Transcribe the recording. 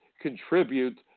contribute